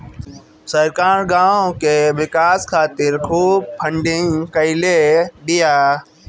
सरकार गांव के विकास खातिर खूब फंडिंग कईले बिया